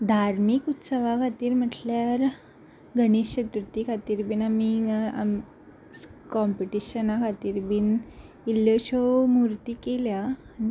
धार्मीक उत्सवा खातीर म्हटल्यार गणेश चतुर्थी खातीर बीन आमी कॉम्पिटिशना खातीर बीन इल्ल्योश्यो मुर्ती केल्या आन